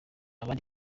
abandi